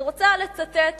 אני רוצה לצטט מהסכם,